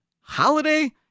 Holiday